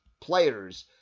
players